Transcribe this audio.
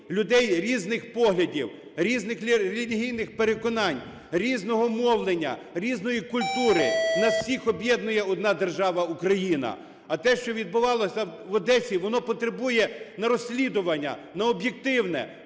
людей різних поглядів, різних релігійних переконань, різного мовлення, різної культури. Нас всіх об'єднує одна держава – Україна. А те, що відбувалося в Одесі, воно потребує на розслідування, на об'єктивне.